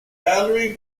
boundary